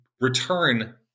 return